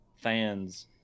fans